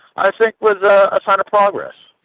i think was a sign of progress.